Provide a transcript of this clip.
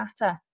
matter